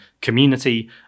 community